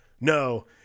No